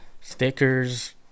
stickers